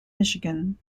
michigan